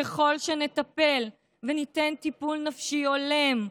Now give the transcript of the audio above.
ככל שנטפל וניתן טיפול נפשי הולם,